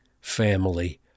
family